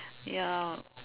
ya